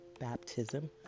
baptism